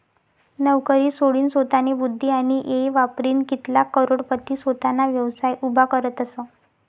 नवकरी सोडीनसोतानी बुध्दी आणि येय वापरीन कित्लाग करोडपती सोताना व्यवसाय उभा करतसं